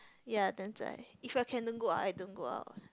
ya damn 仔 if I can don't go out I don't go out